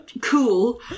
cool